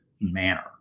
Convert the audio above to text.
manner